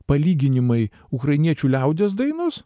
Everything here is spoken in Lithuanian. palyginimai ukrainiečių liaudies dainos